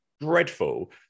dreadful